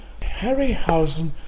Harryhausen